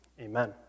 Amen